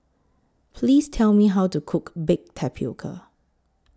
Please Tell Me How to Cook Baked Tapioca